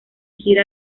gira